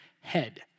head